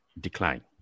decline